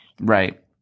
Right